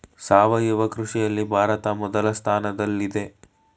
ಸಾವಯವ ಕೃಷಿಯಲ್ಲಿ ಭಾರತ ಮೊದಲ ಸ್ಥಾನದಲ್ಲಿದೆ